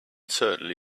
certainly